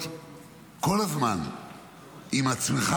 כל הזמן עם עצמך,